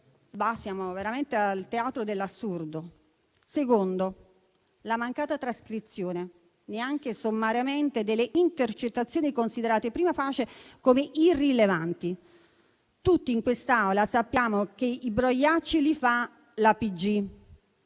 Siamo veramente al teatro dell'assurdo. Il secondo punto è la mancata trascrizione, neanche sommaria, delle intercettazioni considerate *prima facie* come irrilevanti. Tutti in quest'Aula sappiamo che i brogliacci li fa la